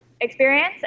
experience